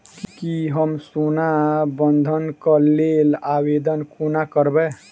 की हम सोना बंधन कऽ लेल आवेदन कोना करबै?